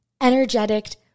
energetic